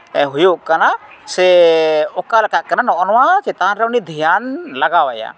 ᱦᱩᱭᱩᱜ ᱠᱟᱱᱟ ᱥᱮ ᱚᱠᱟ ᱞᱮᱠᱟᱜ ᱠᱟᱱᱟ ᱱᱚᱜᱼᱚᱭ ᱱᱚᱣᱟ ᱪᱮᱛᱟᱱ ᱨᱮ ᱩᱱᱤ ᱫᱷᱮᱭᱟᱱ ᱞᱟᱜᱟᱣ ᱟᱭᱟ